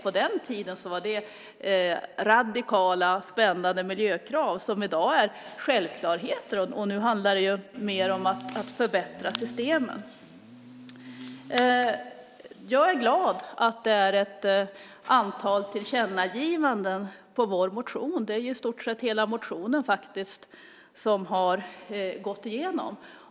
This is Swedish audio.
På den tiden var det radikala spännande miljökrav som i dag är självklarheter. Nu handlar det mer om att förbättra systemen. Jag är glad att det är ett antal tillkännagivanden på vår motion. I stort sett hela motionen har gått igenom.